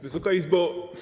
Wysoka Izbo!